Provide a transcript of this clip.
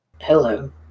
Hello